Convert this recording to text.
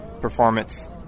performance